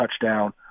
touchdown